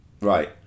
Right